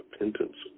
repentance